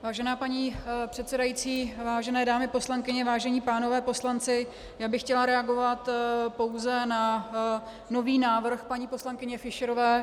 Vážená paní předsedající, vážené dámy poslankyně, vážení pánové poslanci, chtěla bych reagovat pouze na nový návrh paní poslankyně Fischerové.